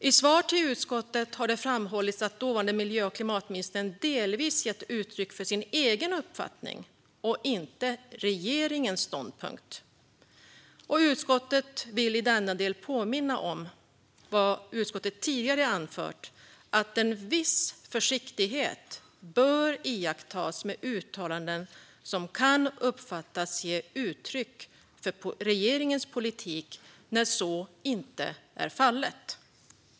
I svar till utskottet har det framhållits att dåvarande miljö och klimatministern delvis gett uttryck för sin egen uppfattning och inte regeringens ståndpunkt. Utskottet vill i denna del påminna om vad utskottet tidigare anfört, att en viss försiktighet bör iakttas med uttalanden som kan uppfattas ge uttryck för regeringens politik när så inte är fallet.